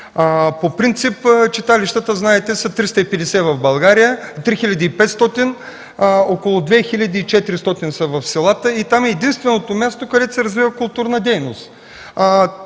По принцип читалищата са 3500 в България, около 2400 са в селата и там е единственото място, където се развива културна дейност.